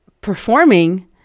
performing